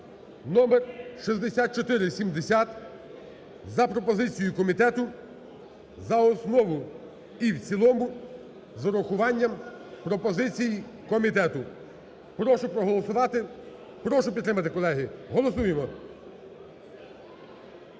(№ 6470) за пропозицією комітету за основу і в цілому, з урахуванням пропозицій комітету. Прошу проголосувати, прошу підтримати, колеги. Голосуємо!